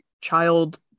child